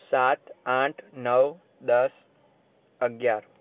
સાત આઠ નવ દસ અગિયાર